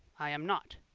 i am not.